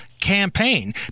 campaign